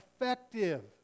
effective